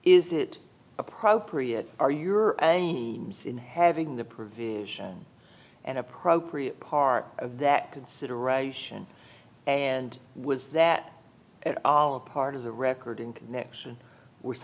is it appropriate or your in having the provision and appropriate part of that consideration and was that at all a part of the record in connection with